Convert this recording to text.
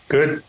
Good